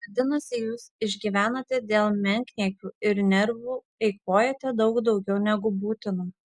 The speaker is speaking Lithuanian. vadinasi jūs išgyvenate dėl menkniekių ir nervų eikvojate daug daugiau negu būtina